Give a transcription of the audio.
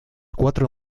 cuatro